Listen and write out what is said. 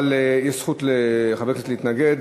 אבל יש זכות לחבר כנסת להתנגד.